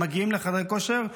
מגיעים לחדרי כושר,